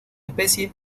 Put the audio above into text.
especie